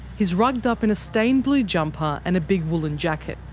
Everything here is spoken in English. he's rugged up in a stained blue jumper and a big woolen jacket.